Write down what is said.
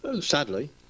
sadly